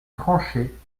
franchet